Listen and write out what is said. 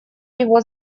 его